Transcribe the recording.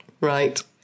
Right